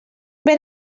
ben